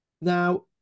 Now